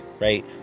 right